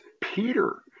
Peter